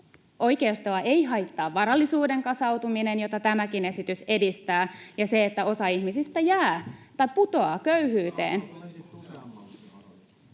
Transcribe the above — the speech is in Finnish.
oikeistoa ei haittaa varallisuuden kasautuminen, jota tämäkin esitys edistää, eikä se, että osa ihmisistä jää tai putoaa köyhyyteen.